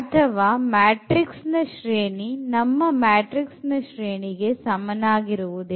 ಅಥವಾ ಮ್ಯಾಟ್ರಿಕ್ಸ್ ನ ಶ್ರೇಣಿ ನಮ್ಮ ಮ್ಯಾಟ್ರಿಕ್ಸ್ ನ ಶ್ರೇಣಿಗೆ ಸಮನಾಗಿರುವುದಿಲ್ಲ